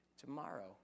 Tomorrow